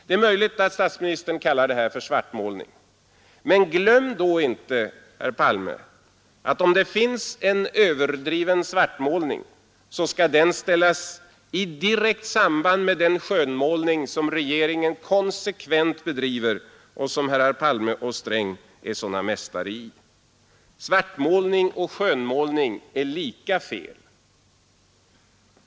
Det är möjligt att statsministern kallar detta för svartmålning, men glöm då inte, herr Palme, att om det finns en överdriven svartmålning så skall den ställas i direkt samband med den skönmålning som regeringen konsekvent bedriver och som herrar Palme och Sträng är sådana mästare i. Svartmålning och skönmålning är lika felaktiga.